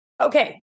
okay